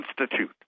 Institute